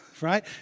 Right